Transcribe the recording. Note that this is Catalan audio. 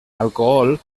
alcohol